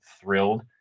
thrilled